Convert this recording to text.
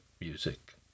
music